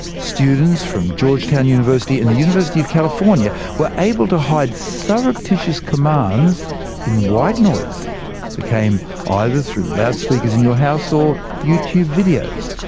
students from georgetown university and the university of california were able to hide surreptitious commands in white noise that came either through loudspeakers in your house, or youtube videos.